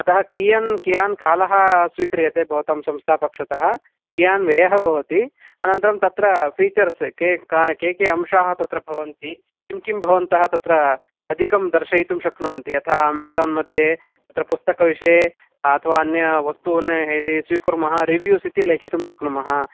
अतः कियान् कियान् कालः स्वीक्रीयते भवतां संस्थापक्षतः कियान् व्ययः भवति अनन्तरं तत्र फ़ीचर्स् के का के के अंशाः तत्र भवन्ति किं किं भवन्तः तत्र अधिकं दर्शयितुं शक्नुवन्ति यथा अमेज़ान्मध्ये अत्र पुस्तकविषये अथवा अन्यवस्तून् यदि स्वीकुर्मः रिवीव्स् इति लेखितुं शक्नुमः